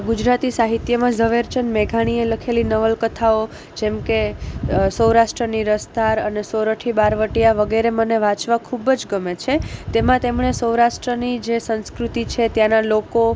ગુજરાતી સાહિત્યમાં ઝવેરચંદ મેઘાણીએ લખેલી નવલકથાઓ જેમકે સૌરાષ્ટની રસધાર અને સોરઠી બહારવટિયા વગેરે મને વાંચવા ખૂબ જ ગમે છે તેમાં તેમણે સૌરાષ્ટ્રની જે સંસ્કૃતિ છે ત્યાંનાં લોકો